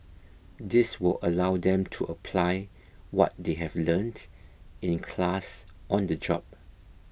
this will allow them to apply what they have learnt in class on the job